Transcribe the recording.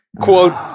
Quote